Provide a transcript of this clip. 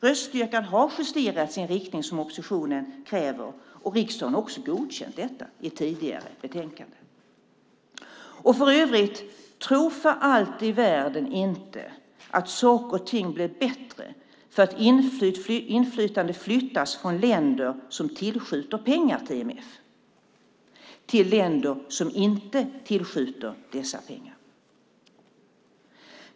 Röststyrkan har justerats i den riktning som oppositionen kräver, och riksdagen har också godkänt detta i ett tidigare betänkande. För övrigt ska man för allt i världen inte tro att saker och ting blir bättre för att inflytande flyttas från länder som tillskjuter pengar till IMF till länder som inte tillskjuter dessa pengar.